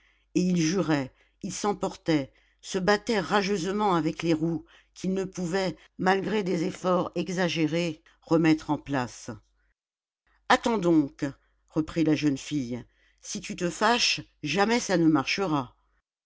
et il jurait il s'emportait se battait rageusement avec les roues qu'il ne pouvait malgré des efforts exagérés remettre en place attends donc reprit la jeune fille si tu te fâches jamais ça ne marchera